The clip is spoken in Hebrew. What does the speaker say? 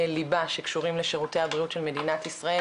ליבה שקשורים לשירותי הבריאות של מדינת ישראל,